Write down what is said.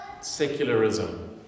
secularism